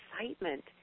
excitement